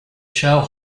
show